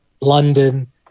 London